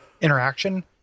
interaction